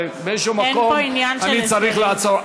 ואיפשהו אני צריך לעצור.